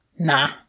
Nah